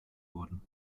worden